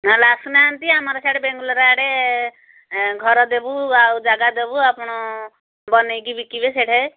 ନହେଲେ ଆସୁନାହାନ୍ତି ଆମର ସିଆଡ଼େ ବାଙ୍ଗଲୋର ଆଡ଼େ ଘର ଦେବୁ ଆଉ ଜାଗା ଦେବୁ ଆପଣ ବନେଇକି ବିକିବେ ସେଠି